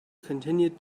continued